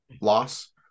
loss